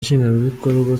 nshingwabikorwa